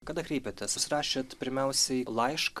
kada kreipiatės jūs rašėt pirmiausiai laišką